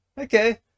Okay